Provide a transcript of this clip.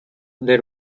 there